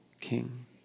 king